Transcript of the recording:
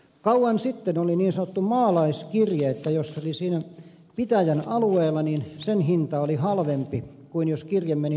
kauan sitten oli niin sanottu maalaiskirje että jos se oli siinä pitäjän alueella niin sen hinta oli halvempi kuin jos kirje meni naapuripitäjään